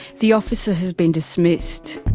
the officer has been dismissed.